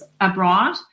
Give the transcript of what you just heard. abroad